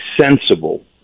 sensible